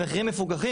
המחירים מפוקחים,